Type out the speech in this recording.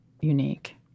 unique